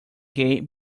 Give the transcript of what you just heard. gay